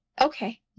Okay